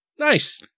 Nice